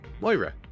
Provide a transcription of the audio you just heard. Moira